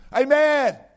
Amen